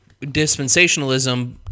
dispensationalism